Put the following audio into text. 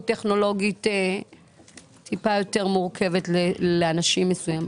טכנולוגית טיפה יותר מורכבת לאנשים מסוימים?